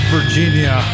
Virginia